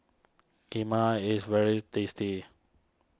Kheema is very tasty